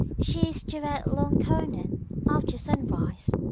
she is to wed long conan after sunrise.